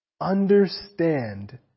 understand